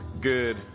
Good